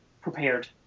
prepared